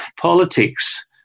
politics